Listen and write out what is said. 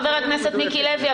חבר הכנסת מיקי לוי,